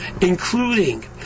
including